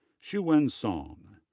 shuwen song,